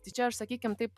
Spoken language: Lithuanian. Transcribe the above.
tai čia aš sakykim taip